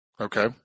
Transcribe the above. Okay